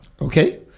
Okay